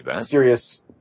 serious